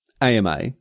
ama